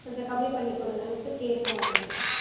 கொஞ்சம் கம்மி பண்ணி கொடுங்கன்ட்டு கேட்போம் அவங்ககிட்ட